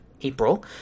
April